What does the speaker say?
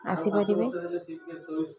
ଆସିପାରିବେ